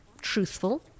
truthful